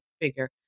figure